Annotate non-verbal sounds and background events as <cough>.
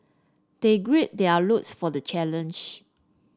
they gird their <unintelligible> for the challenge